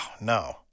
no